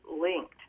linked